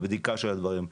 בבדיקה של הדברים.